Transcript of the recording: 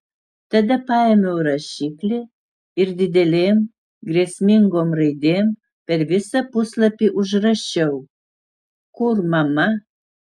tada paėmiau rašiklį ir didelėm grėsmingom raidėm per visą puslapį užrašiau kur mama